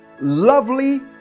lovely